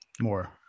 more